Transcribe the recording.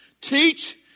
Teach